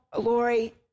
Lori